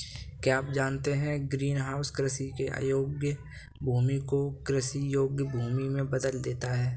क्या आप जानते है ग्रीनहाउस कृषि के अयोग्य भूमि को कृषि योग्य भूमि में बदल देता है?